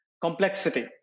Complexity